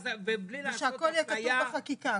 ושהכל יהיה כתוב בחקיקה.